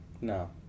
No